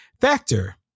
Factor